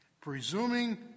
presuming